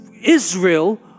Israel